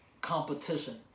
competition